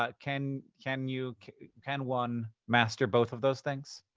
ah can can you know can one master both of those things?